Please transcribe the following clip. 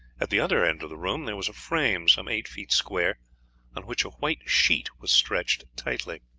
at the other end of the room there was a frame some eight feet square on which a white sheet was stretched tightly.